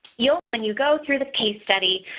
you when you go through the case study.